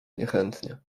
niechętnie